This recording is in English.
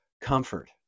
comfort